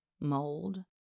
mold